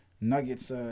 Nuggets